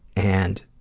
and,